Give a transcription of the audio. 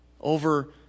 over